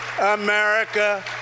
America